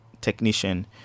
technician